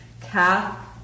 calf